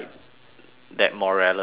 that morality issue